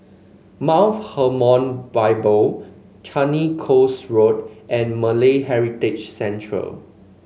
Mount Hermon Bible Changi Coast Road and Malay Heritage Centre